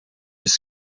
fis